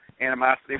animosity